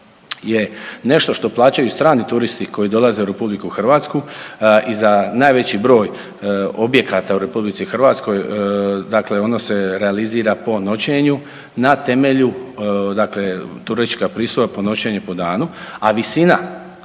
je nešto što plaćaju strani turisti u RH i za najveći broj objekata u RH dakle ona se realizira po noćenju na temelju dakle turistička pristojba po noćenju i po danu, a visina